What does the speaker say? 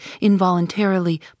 involuntarily